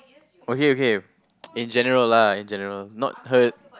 okay okay in general lah in general not her